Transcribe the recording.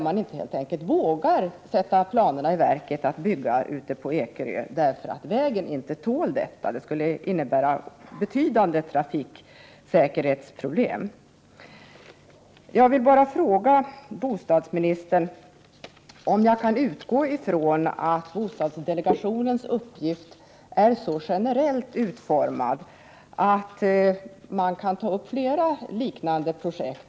Man vågar helt enkelt inte sätta planerna för bostadsbyggande i verket, eftersom vägen inte tål det. Det skulle leda till betydande trafiksäkerhetsproblem. Jag vill fråga bostadsministern om jag kan utgå ifrån att bostadsdelegationens uppgift är så generellt utformad att man kan ta upp fler liknande projekt.